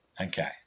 Okay